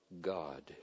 God